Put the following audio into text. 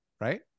Right